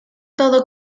todo